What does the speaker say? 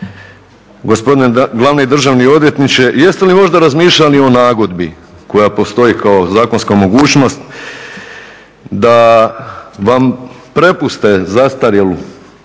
gospodine glavni državni odvjetniče, jeste li možda razmišljali o nagodbi koja postoji kao zakonska mogućnost, da vam prepuste zastarjelu